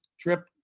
trip